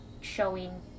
showing